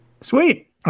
Sweet